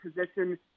position—